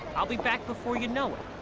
i'll be back before you know it!